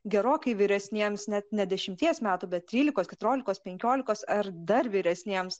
gerokai vyresniems net ne dešimties metų bet trylikos keturiolikos penkiolikos ar dar vyresniems